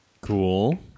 Cool